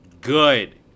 good